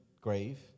grave